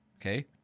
Okay